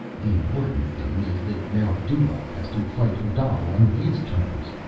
the important thing is that now dulaq has to fight odal on his terms.